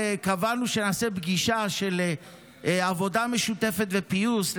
וקבענו שנעשה פגישה של עבודה משותפת ופיוס.